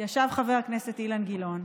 ישב חבר הכנסת אילן גילאון,